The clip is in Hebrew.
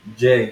ג'יי.